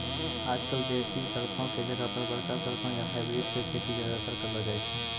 आजकल देसी सरसों के जगह पर बड़का सरसों या हाइब्रिड के खेती ज्यादातर करलो जाय छै